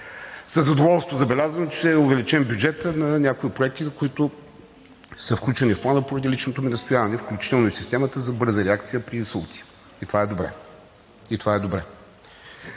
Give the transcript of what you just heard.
Със задоволство забелязвам, че е увеличен бюджетът на някои проекти, които са включени в Плана поради личното ми настояване, включително и системата за бърза реакция при инсулти, и това е добре.